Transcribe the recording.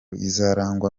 izarangwa